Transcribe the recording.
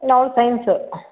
ಇಲ್ಲ ಅವ್ಳು ಸೈನ್ಸ್